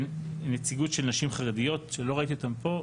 ונציגות של נשים חרדיות שלא ראיתי אותן פה,